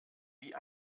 wie